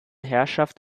herrschaft